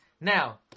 Now